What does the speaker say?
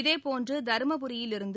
இதேபோன்று தருமபுரியிலிருந்து